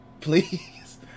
please